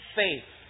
faith